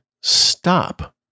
stop